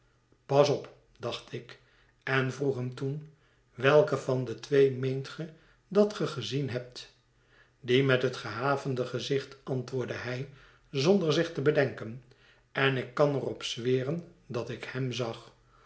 pas op dacht ik en vroeg hem toen welken van die twee meent ge dat ge gezien hebt dien met het gehavende gezicht antwoordde hij zonder zich te bedenken en ik kan er op zweren dat ik hem zag